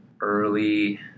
early